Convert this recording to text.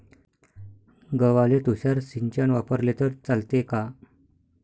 गव्हाले तुषार सिंचन वापरले तर चालते का?